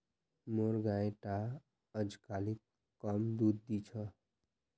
मोर गाय टा अजकालित कम दूध दी छ